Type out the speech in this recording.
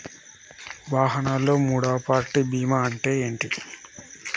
వాహనాల్లో మూడవ పార్టీ బీమా అంటే ఏంటి?